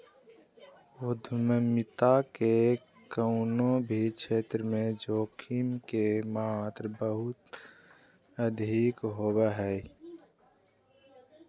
उद्यमिता के कउनो भी क्षेत्र मे जोखिम के मात्रा बहुत अधिक होवो हय